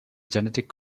genetic